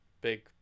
big